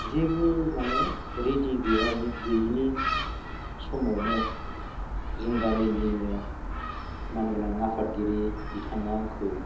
जेबो माने रिडि गैया गैयिनि समावनो जों गामिनिनो मागोनां आफादगिरि बिथाङा आंखौ